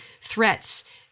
threats